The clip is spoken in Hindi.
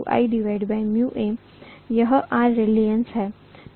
यह ℜरीलक्टन्स है